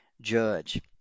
judge